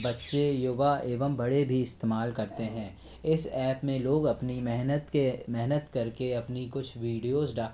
बच्चे युवा एवं बड़े भी इस्तेमाल करते हैं इस एप में लोग अपनी मेहनत के मेहनत करके अपनी कुछ वीडियोज़